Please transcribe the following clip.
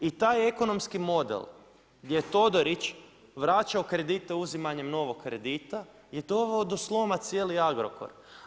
I taj ekonomski model gdje je Todorić vraćao kredite uzimanjem novog kredita je doveo do sloma cijeli Agrokor.